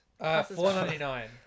$4.99